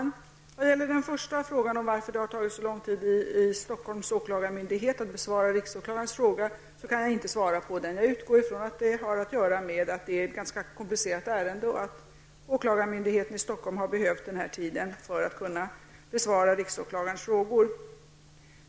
Herr talman! Den första frågan, varför det har tagit så lång tid för Stockholms åklagarmyndighet att besvara riksåklagarens frågor, kan jag inte svara på. Jag utgår från att det har att göra med att det är ett ganska komplicerat ärende och att åklagarmyndigheten i Stockholm har behövt den här tiden för att besvara riksåklagarens frågor.